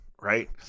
Right